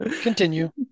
continue